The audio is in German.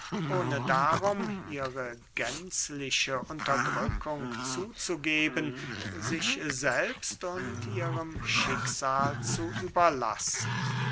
ohne darum ihre gänzliche unterdrückung zuzugeben sich selbst und ihrem schicksale zu überlassen